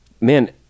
Man